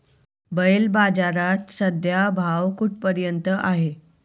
बैल बाजारात सध्या भाव कुठपर्यंत आहे?